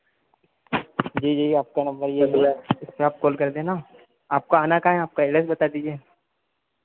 जी जी आपका नम्बर ये मिला है आप कॉल कर देना आपको आना कहां है आपका एड्रेस बता दीजिए